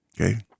Okay